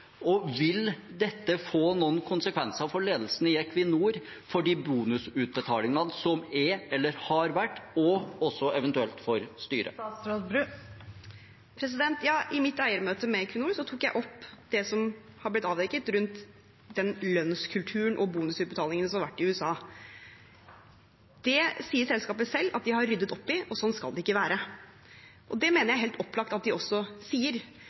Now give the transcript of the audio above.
Vil dette få noen konsekvenser for ledelsen i Equinor, for de bonusutbetalingene som er eller har vært, og også eventuelt for styret? Ja, i mitt eiermøte med Equinor tok jeg opp det som er blitt avdekket rundt den lønnskulturen og de bonusutbetalingene som har vært i USA. Det sier selskapet selv at de har ryddet opp i, og sånn skal det ikke være. Det mener jeg det er helt opplagt at de også sier.